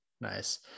nice